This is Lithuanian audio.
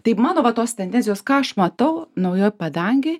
tai mano va tos tendencijos ką aš matau naujoj padangėj